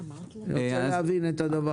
אני רוצה להבין את זה.